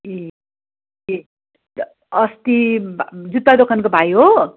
ए ए अस्ति जुत्ता दोकानको भाइ हो